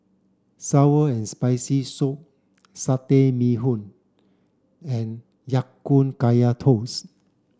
sour and spicy soup satay Bee Hoon and Ya Kun Kaya toast